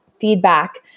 feedback